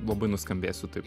labai nuskambėsiu taip